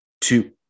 Two